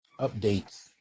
updates